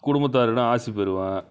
குடும்பத்தாரிடம் ஆசி பெறுவேன்